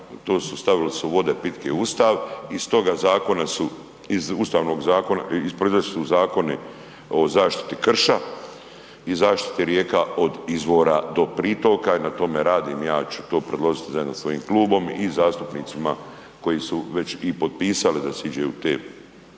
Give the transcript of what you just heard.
stavili su vode pitke u Ustav i iz toga zakona su, iz Ustavnog zakona …/Govornik se ne razumije/… su Zakoni o zaštiti krša i zaštiti rijeka od izvora do pritoka i na tome radim, ja ću to predložiti zajedno sa svojim klubom i zastupnicima koji su već i potpisali da se iđe u te ustavne